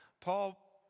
Paul